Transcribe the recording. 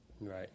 Right